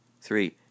Three